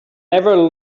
never